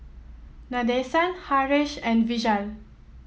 Nadesan Haresh and Vishal